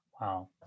Wow